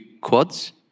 quads